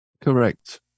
Correct